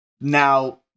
now